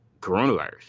coronavirus